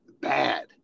bad